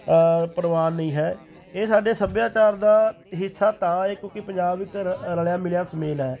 ਪ੍ਰਵਾਨ ਨਹੀਂ ਹੈ ਇਹ ਸਾਡੇ ਸੱਭਿਆਚਾਰ ਦਾ ਹਿੱਸਾ ਤਾਂ ਏ ਕਿਉਂਕਿ ਪੰਜਾਬ ਇੱਕ ਰ ਰਲਿਆ ਮਿਲਿਆ ਸੁਮੇਲ ਹੈ